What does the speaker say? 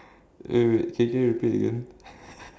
wait wait can can you repeat again